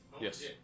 yes